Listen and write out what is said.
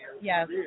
Yes